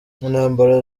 intambara